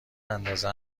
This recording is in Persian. اندازه